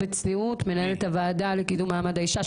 מנהלת הוועדה לקידום מעמד האישה.